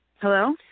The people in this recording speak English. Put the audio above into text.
Hello